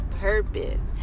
purpose